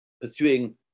pursuing